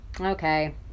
okay